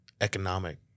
economic